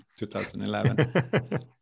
2011